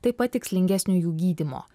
taip pat tikslingesnių gydymo